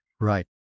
Right